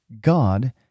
God